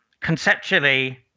conceptually